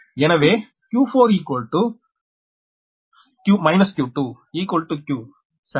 எனவே q4 q2 q சரி